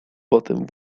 batem